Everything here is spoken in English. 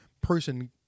person